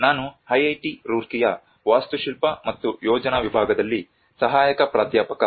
ನಾನು IIT ರೂರ್ಕಿಯ ವಾಸ್ತುಶಿಲ್ಪ ಮತ್ತು ಯೋಜನಾ ವಿಭಾಗದಲ್ಲಿ ಸಹಾಯಕ ಪ್ರಾಧ್ಯಾಪಕ